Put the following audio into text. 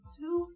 two